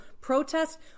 protest